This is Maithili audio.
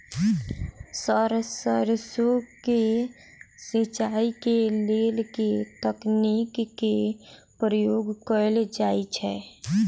सर सैरसो केँ सिचाई केँ लेल केँ तकनीक केँ प्रयोग कैल जाएँ छैय?